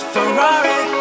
Ferrari